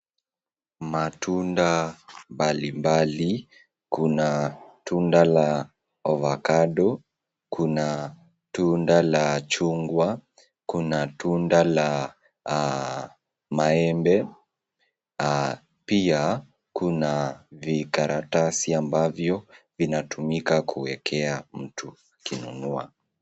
Matunda aina mbalimbali, kuna tunda la ovacado, kuna tunda la chungwa, kuna tunda la maembe. Pia kuna vikaratasi ambavyo vinatumika kuwekea mtu akinunua.